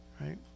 right